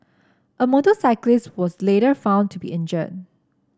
a motorcyclist was later also found to be injured